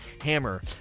hammer